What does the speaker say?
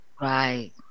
right